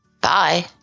Bye